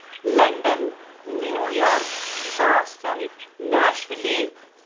London New York Boston Nashville